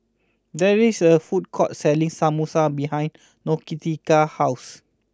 there is a food court selling Samosa behind Nautica's house